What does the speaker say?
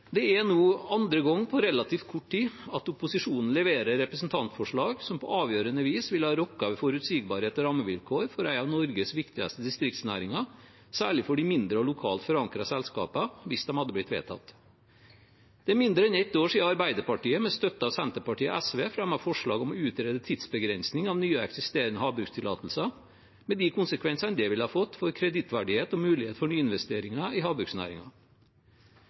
Det er nå andre gang på relativt kort tid at opposisjonen leverer representantforslag som på avgjørende vis ville ha rokket ved forutsigbarhet og rammevilkår for en av Norges viktigste distriktsnæringer – særlig for de mindre og lokalt forankrede selskapene – hvis de hadde blitt vedtatt. Det er mindre enn ett år siden Arbeiderpartiet, med støtte av Senterpartiet og SV, fremmet forslag om å utrede tidsbegrensing av nye og eksisterende havbrukstillatelser – med de konsekvensene det ville ha fått for kredittverdighet og mulighet for nyinvesteringer i